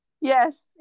Yes